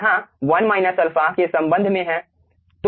यहाँ 1 α अल्फ़ा के संबंध में है